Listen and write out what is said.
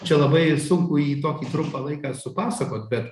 čia labai sunku į tokį trumpą laiką supasakot bet